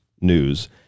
news